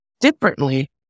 differently